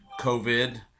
COVID